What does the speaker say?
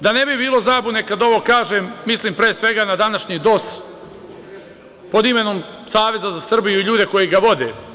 Da ne bi bilo zabune kada ovo kažem, mislim pre svega na današnji DOS, pod imenom Savez za Srbiju i ljude koji ga vode.